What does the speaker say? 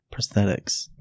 prosthetics